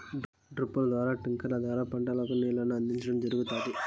డ్రిప్పుల ద్వారా స్ప్రింక్లర్ల ద్వారా పంటలకు నీళ్ళను అందించడం జరుగుతాది